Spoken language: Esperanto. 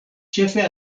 ĉefe